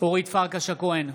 אורית פרקש הכהן,